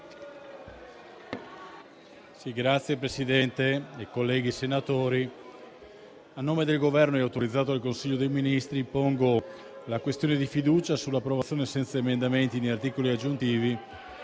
Signora Presidente, onorevoli senatori, a nome del Governo, autorizzato dal Consiglio dei ministri, pongo la questione di fiducia sull'approvazione, senza emendamenti né articoli aggiuntivi,